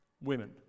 Women